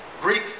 Greek